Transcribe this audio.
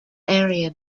area